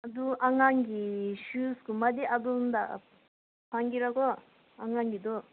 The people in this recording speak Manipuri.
ꯑꯗꯨ ꯑꯉꯥꯡꯒꯤ ꯁꯨꯁꯀꯨꯝꯕꯗꯤ ꯑꯗꯣꯝꯗ ꯐꯪꯒꯦꯔꯥ ꯀꯣ ꯑꯉꯥꯡꯒꯤꯗꯣ